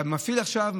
אתה מפעיל עכשיו,